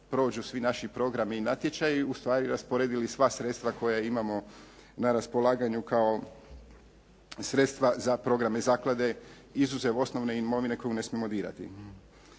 prođu svi naši programi i natječaji, ustvari rasporedili sva sredstva koja imamo na raspolaganju kao sredstva za programe zaklade izuzev osnovne imovine koju ne smijemo dirati.